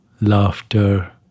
laughter